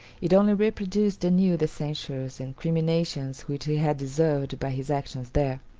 it only reproduced anew the censures and criminations which he had deserved by his actions there,